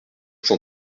cent